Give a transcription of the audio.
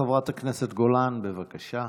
חברת הכנסת גולן, בבקשה.